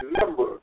remember